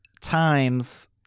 times